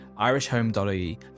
irishhome.ie